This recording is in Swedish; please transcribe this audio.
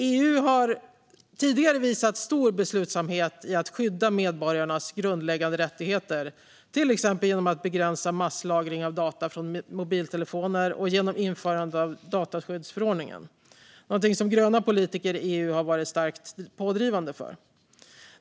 EU har tidigare visat stor beslutsamhet i att skydda medborgarnas grundläggande rättigheter, till exempel genom att begränsa masslagring av data från mobiltelefoner och genom införandet av dataskyddsförordningen - något som gröna politiker i EU varit starkt pådrivande för.